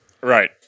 Right